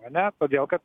ane todėl kad